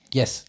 Yes